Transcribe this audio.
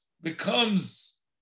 becomes